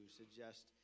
suggest